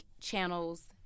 channels